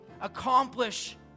accomplish